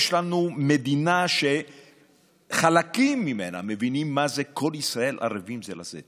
יש לנו מדינה שחלקים ממנה מבינים מה זה "כל ישראל ערבים זה לזה".